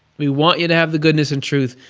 we want you to have the goodness and truth,